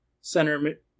center